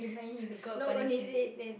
god punish him